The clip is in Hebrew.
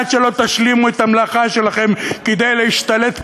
עד שלא תשלימו את המלאכה שלכם כדי להשתלט פנימה,